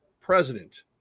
president